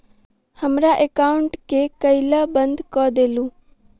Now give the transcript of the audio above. हमरा एकाउंट केँ केल बंद कऽ देलु?